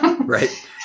Right